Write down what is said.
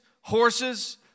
horses